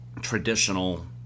traditional